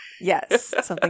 Yes